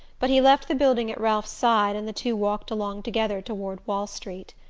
but he left the building at ralph's side, and the two walked along together toward wall street.